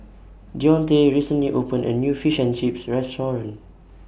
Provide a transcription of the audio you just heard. Deonte recently opened A New Fish and Chips Restaurant